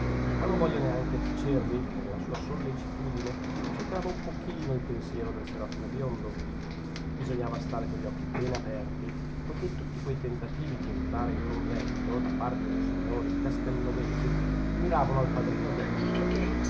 ma non voglio neanche tacervi che nella sua sollecitudine c'entrava un pochino il pensiero del serafino biondo bisognava stare con gli occhi bene aperti poichè tutti quei tentativi di entrare in convento da parte dei signori castelnovesi miravano al padrino adelindo